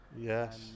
yes